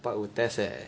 拜五 test leh